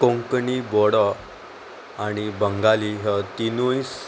कोंकणी बोडो आनी बंगाली हो तिनूयस